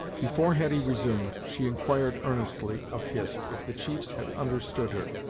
before hetty resumed she inquired earnestly of hist if the chiefs had understood her,